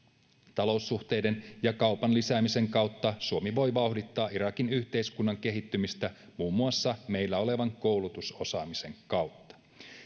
taloussuhteiden ja kaupan lisäämisen kautta suomi voi vauhdittaa irakin yhteiskunnan kehittymistä muun muassa meillä olevan koulutusosaamisen kautta